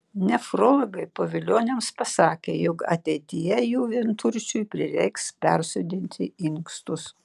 nefrologai pavilioniams pasakė jog ateityje jų vienturčiui prireiks persodinti inkstus